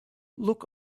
look